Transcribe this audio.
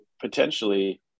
potentially